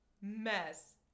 mess